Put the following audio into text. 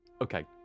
Okay